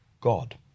God